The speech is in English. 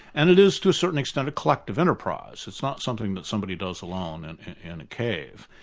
and it is to a certain extent, a collective enterprise, it's not something that somebody does alone and in a cave.